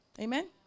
Amen